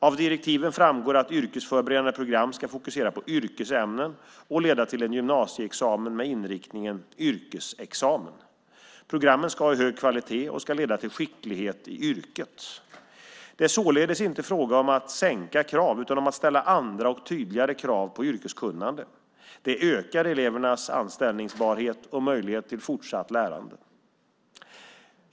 Av direktiven framgår att yrkesförberedande program ska fokusera på yrkesämnen och leda till en gymnasieexamen med inriktningen yrkesexamen. Programmen ska ha hög kvalitet och ska leda till skicklighet i yrket. Det är således inte fråga om att sänka krav, utan om att ställa andra och tydligare krav på yrkeskunnande. Det ökar elevernas anställningsbarhet och möjlighet till fortsatt lärande.